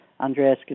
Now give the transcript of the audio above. Andreas